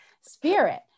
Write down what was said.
spirit